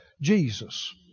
Jesus